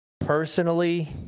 Personally